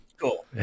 Cool